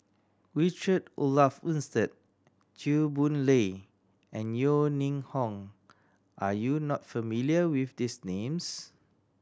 Richard Olaf Winstedt Chew Boon Lay and Yeo Ning Hong are you not familiar with these names